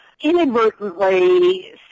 inadvertently